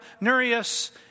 Nereus